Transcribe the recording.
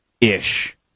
ish